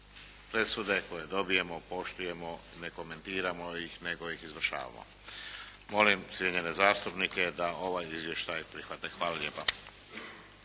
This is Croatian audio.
presude koje dobijemo poštujemo, ne komentiramo ih nego ih izvršavamo. Molim cijenjene zastupnike da ovaj Izvještaj prihvate. Hvala lijepa.